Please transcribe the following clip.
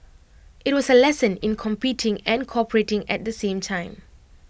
IT was A lesson in competing and cooperating at the same time